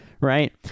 right